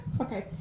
Okay